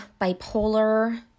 bipolar